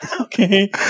Okay